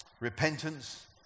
repentance